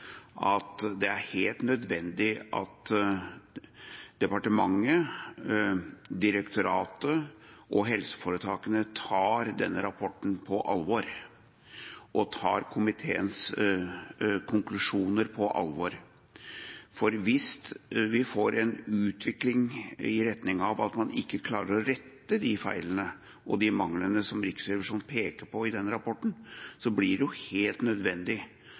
at det er helt nødvendig at departementet, direktoratet og helseforetakene tar denne rapporten og komiteens konklusjoner på alvor, for hvis vi får en utvikling i retning av at man ikke klarer å rette de feilene og de manglene som Riksrevisjonen peker på i denne rapporten, blir det helt nødvendig